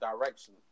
direction